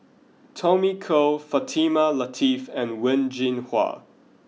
Tommy Koh Fatimah Lateef and Wen Jinhua